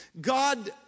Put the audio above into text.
God